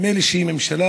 נדמה לי שהיא ממשלה